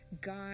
God